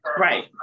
Right